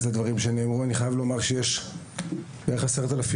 לדברים שנאמרו אני רוצה לומר שיש בערך 10,000